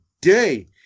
day